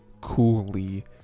coolly